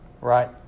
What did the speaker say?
Right